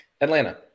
Atlanta